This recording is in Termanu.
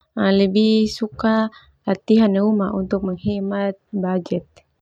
Au lebih suka latihan nai uma untuk menghemat bajet.